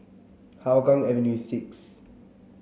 Hougang Avenue six